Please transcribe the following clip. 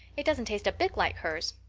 it doesn't taste a bit like hers.